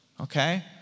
okay